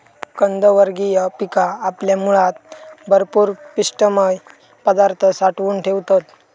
कंदवर्गीय पिका आपल्या मुळात भरपूर पिष्टमय पदार्थ साठवून ठेवतत